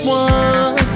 one